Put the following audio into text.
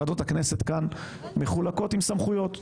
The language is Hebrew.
ועדות הכנסת מוחלקות עם סמכויות.